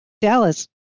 Dallas